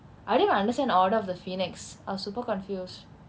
I didn't even understand order of the phoenix I was super confused